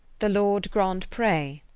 the lord grandpree